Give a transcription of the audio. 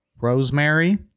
Rosemary